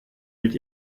mit